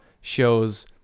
shows